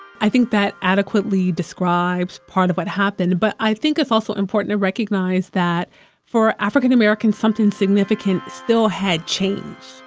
i think that adequately describes part of what happened, but i think it's also important to recognize that for african-americans, something significant still had changed.